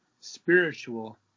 spiritual